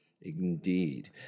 Indeed